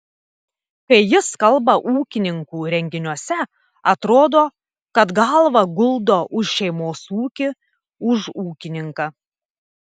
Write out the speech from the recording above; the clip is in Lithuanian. kai jis kalba ūkininkų renginiuose atrodo kad galvą guldo už šeimos ūkį už ūkininką